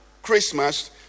christmas